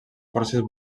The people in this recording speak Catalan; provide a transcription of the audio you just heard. forces